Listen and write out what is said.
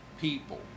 people